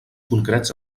concrets